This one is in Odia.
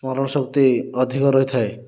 ସ୍ମରଣଶକ୍ତି ଅଧିକ ରହିଥାଏ